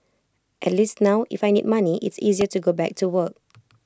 at least now if I need money it's easier to go back to work